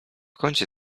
kącie